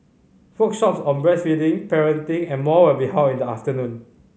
workshops on breastfeeding parenting and more will be held in the afternoon